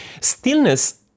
Stillness